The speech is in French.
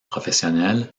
professionnel